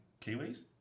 Kiwis